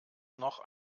noch